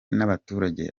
n’abaturage